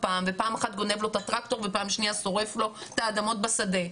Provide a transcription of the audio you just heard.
פעם ופעם אחת גונב לו את הטרקטור ופעם שנייה שורף לו את האדמות בשדה,